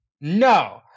No